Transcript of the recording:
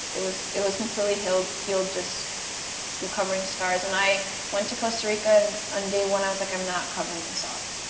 it was it was completely healed, just recovering scars, and i went to costa rica and on day one i was like, i'm not covering this up.